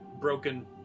broken